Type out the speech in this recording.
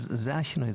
אז זה השינוי,